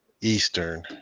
Eastern